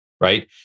right